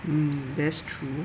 mm that's true